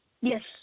Yes